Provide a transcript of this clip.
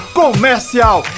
comercial